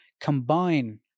combine